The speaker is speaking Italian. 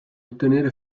ottenere